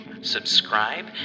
subscribe